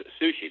sushi